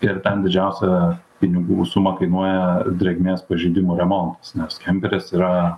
ir ten didžiausią pinigų sumą kainuoja drėgmės pažeidimų remontas nes kemperis yra